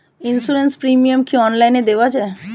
Insurance premium কি online দেওয়া যায়?